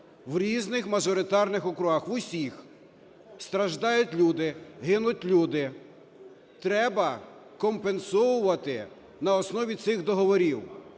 в різних мажоритарних округах, в усіх. Страждають люди, гинуть люди, треба компенсовувати на основі цих договорів.